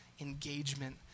engagement